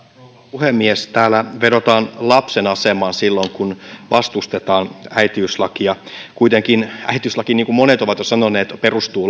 puhemies täällä vedotaan lapsen asemaan silloin kun vastustetaan äitiyslakia kuitenkin äitiyslaki niin kuin monet ovat jo sanoneet perustuu